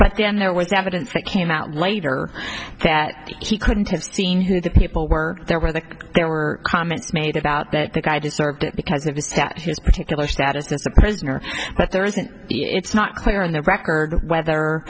back then there was the evidence that came out later that she couldn't have seen who the people were there were that there were comments made about that the guy deserved it because of a stat his particular status as a prisoner that there isn't it's not clear on the record whether